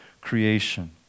creation